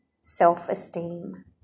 self-esteem